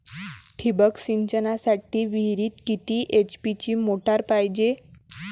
ठिबक सिंचनासाठी विहिरीत किती एच.पी ची मोटार पायजे?